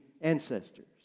ancestors